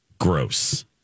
Gross